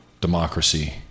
democracy